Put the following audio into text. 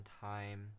time